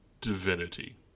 divinity